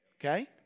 okay